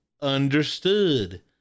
understood